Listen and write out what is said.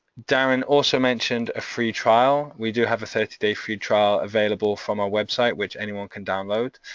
darrin also mentioned a free trial, we do have a thirty day free trial available from our website, which anyone can download